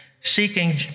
seeking